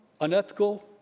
unethical